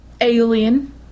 Alien